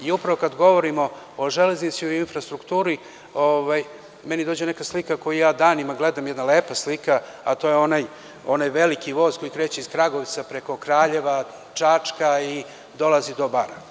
I upravo kad govorimo o železnici i infrastrukturi, meni dođe neka slika koju ja danima gledam, jedna lepa slika, a to je onaj veliki voz koji kreće iz Kragujevca preko Kraljeva, Čačka i dolazi do Bara.